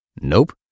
Nope